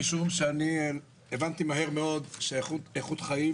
משום שאני הבנתי מהר מאוד שאיכות חיים